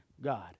God